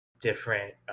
different